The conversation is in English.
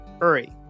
Uri